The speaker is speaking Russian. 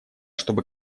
чтобы